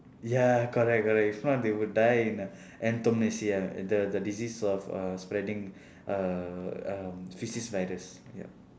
ya correct correct if not they would die in a the the disease of uh spreading uh um faeces virus yup